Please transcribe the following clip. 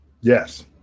Yes